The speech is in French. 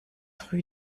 rue